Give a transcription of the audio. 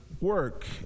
work